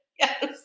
Yes